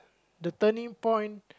the turning point